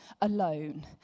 alone